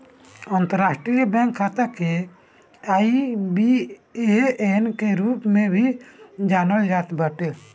अंतरराष्ट्रीय बैंक खाता संख्या के आई.बी.ए.एन के रूप में भी जानल जात बाटे